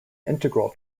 integral